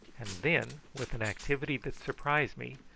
and then, with an activity that surprised me,